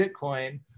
Bitcoin